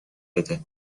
بده